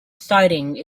siding